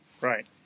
Right